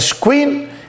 queen